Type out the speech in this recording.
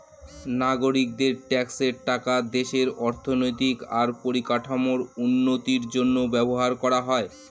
নাগরিকদের ট্যাক্সের টাকা দেশের অর্থনৈতিক আর পরিকাঠামোর উন্নতির জন্য ব্যবহার করা হয়